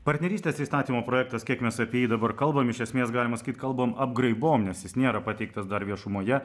partnerystės įstatymo projektas kiek mes apie jį dabar kalbam iš esmės galima sakyti kalbam apgraibom nes jis nėra pateiktas dar viešumoje